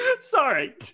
sorry